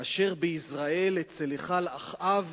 אשר ביזרעאל אצל היכל אחאב,